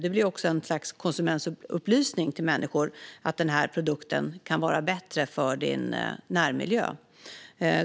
Det blir också ett slags konsumentupplysning till människor att produkten kan vara bättre för din närmiljö.